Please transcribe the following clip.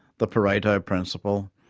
the pareto principle,